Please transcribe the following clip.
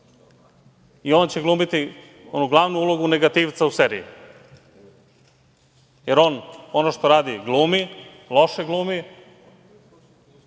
i on će glumiti onu glavnu ulogu negativca u seriji, jer on ono što radi glumi, loše glumi.